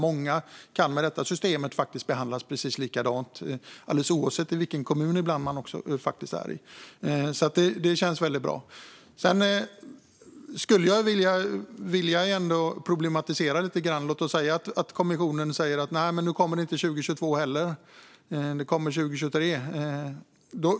Många kan med detta system behandlas precis likadant alldeles oavsett vilken kommun de är i, och det känns väldigt bra. Jag skulle ändå vilja problematisera lite grann. Låt oss säga att kommissionen säger att detta inte kommer 2022 heller utan att det kommer 2023.